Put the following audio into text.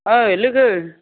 ओइ लोगो